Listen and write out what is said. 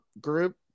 group